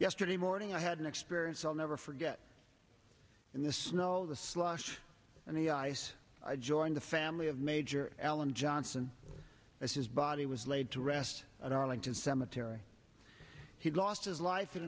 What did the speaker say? yesterday morning i had an experience i'll never forget in the snow the slush and the ice i joined the family of major alan johnson as his body was laid to rest at arlington cemetery he lost his life in